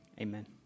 amen